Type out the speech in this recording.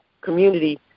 community